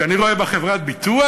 שאני רואה בה חברת ביטוח,